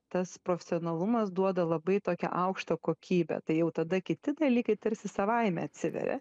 tas profesionalumas duoda labai tokią aukštą kokybę tai jau tada kiti dalykai tarsi savaime atsiveria